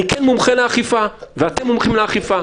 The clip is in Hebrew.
אני כן מומחה לאכיפה ואתם מומחים לאכיפה.